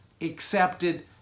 accepted